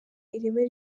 ireme